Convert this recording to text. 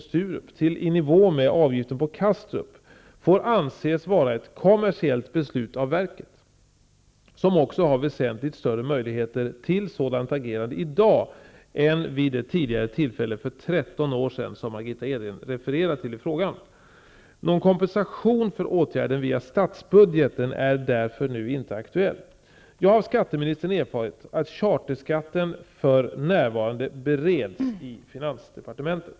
Sturup till i nivå med avgiften vid Kastrup får anses vara ett kommersiellt beslut av verket, som också har väsentligt större möjligheter till sådant agerande i dag än vid det tidigare tillfälle för 13 år sedan som Margitta Edgren refererar till i frågan. Någon kompenation för åtgärden via statsbudgeten är därför nu inte aktuell. Jag har av skatteministern erfarit att frågan om charterskatten för närvarande bereds i finansdepartementet.